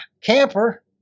camper